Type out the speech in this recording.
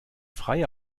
freie